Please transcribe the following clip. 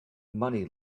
money